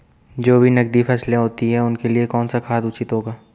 जो भी नकदी फसलें होती हैं उनके लिए कौन सा खाद उचित होगा?